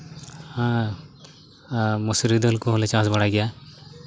ᱦᱮᱸ ᱢᱟ ᱥᱨᱤ ᱫᱟᱹᱞ ᱠᱚᱦᱚᱸᱞᱮ ᱪᱟᱥ ᱵᱟᱲᱟᱭ ᱜᱮᱭᱟ